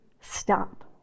stop